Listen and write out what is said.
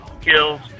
kills